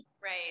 Right